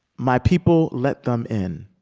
my people let them in.